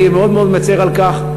אני מאוד מאוד מצר על כך,